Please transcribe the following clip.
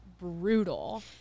brutal